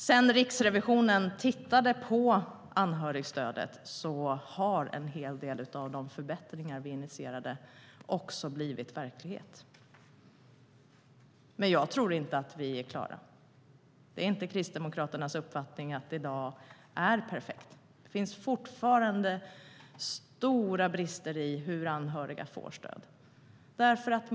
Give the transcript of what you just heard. Sedan Riksrevisionen tittade på anhörigstödet har en hel del av de förbättringar som vi initierade blivit verklighet. Men jag tror inte att vi är klara. Kristdemokraternas uppfattning är inte att det är perfekt i dag. Det finns fortfarande stora brister i det sätt på vilket anhöriga får stöd.